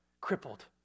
crippled